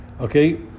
okay